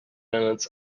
minutes